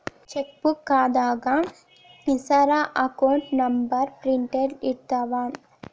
ಚೆಕ್ಬೂಕ್ದಾಗ ಹೆಸರ account number printed ಇರ್ತಾವ